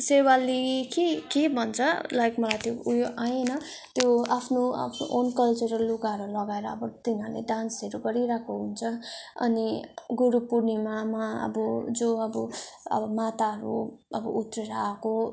सेवाली कि के भन्छ लाइक मलाई त्यो उयो आएन त्यो आफ्नो आफ्नो ओन कल्चरल लुगाहरू लगाएर अब तिनीहरूले डान्सहरू गरिरहेको हुन्छ अनि गुरु पुर्णिमामा अब जो अब माताहरू अब उत्रेर आएको